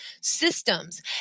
systems